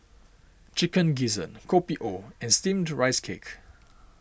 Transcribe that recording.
Chicken Gizzard Kopi O and Steamed Rice Cake